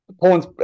Poland's